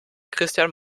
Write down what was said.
christian